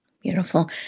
Beautiful